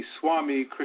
Swami